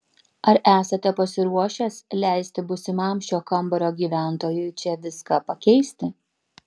ar esate pasiruošęs leisti būsimam šio kambario gyventojui čia viską pakeisti